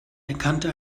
erkannte